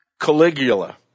Caligula